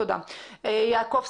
אנחנו קצרים בזמן,